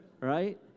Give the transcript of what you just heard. right